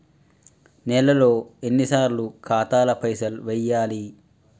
నెలలో ఎన్నిసార్లు ఖాతాల పైసలు వెయ్యాలి?